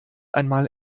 einmal